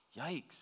yikes